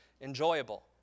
enjoyable